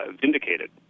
vindicated